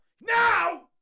Now